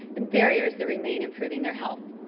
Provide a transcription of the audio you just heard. and barriers that remain, improving their help.